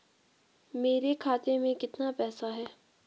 मेरे खाते में कितना पैसा है?